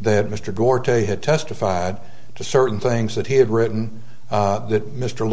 that mr gore today had testified to certain things that he had written that mr